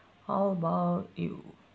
how about you